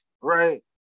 Right